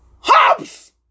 Hops